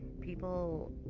people